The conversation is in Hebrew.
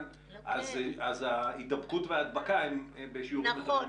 אז ההידבקות וההדבקה הם בשיעורים יותר נמוכים.